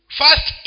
first